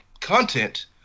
content